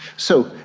so,